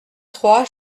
trois